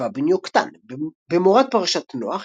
שבא בן יקטן - במורד פרשת נח,